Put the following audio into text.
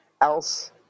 else